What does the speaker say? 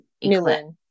England